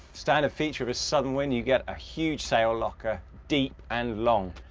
standard feature of a southern wind, you get a huge sail locker, deep and long,